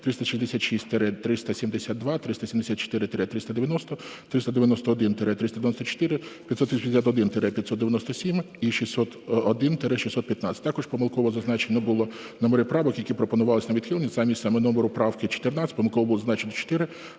366-372, 374-390, 391-394, … (Не чути) -597 і 601-615. Також помилково зазначені були номери правок, які пропонувалися на відхилення. Замість номеру правки 14 помилково було зазначено 4,